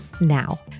now